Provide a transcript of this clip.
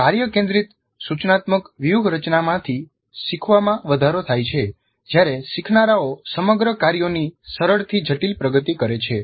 કાર્ય કેન્દ્રિત સૂચનાત્મક વ્યૂહરચનામાંથી શીખવામાં વધારો થાય છે જ્યારે શીખનારાઓ સમગ્ર કાર્યોની સરળથી જટિલ પ્રગતિ કરે છે